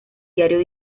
diario